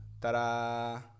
Ta-da